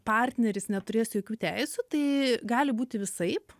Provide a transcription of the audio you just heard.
partneris neturės jokių teisių tai gali būti visaip